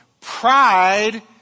Pride